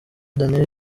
danny